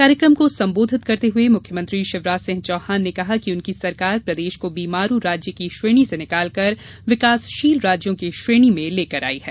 कार्यक्रम को सम्बोधित करते हुए मुख्यमंत्री शिवराज सिंह चौहान ने कहा कि उनकी सरकार प्रदेश को बीमारू राज्य की श्रेणी से निकालकर विकासशील राज्यों की श्रेणी में लेकर आई है